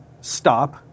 stop